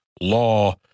law